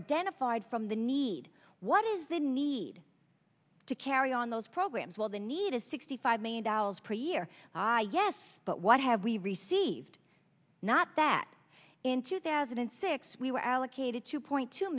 identified from the need what is the need to carry on those programs well the need is sixty five million dollars per year i guess but what have we received not that in two thousand and six we were allocated two point two